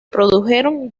produjeron